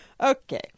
Okay